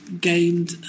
gained